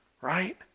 right